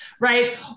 right